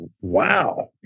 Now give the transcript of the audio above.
wow